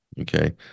okay